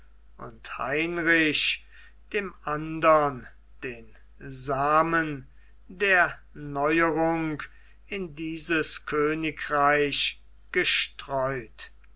und heinrich dem andern den samen der neuerung in dieses königreich gestreut